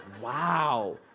Wow